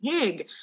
pig